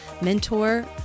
mentor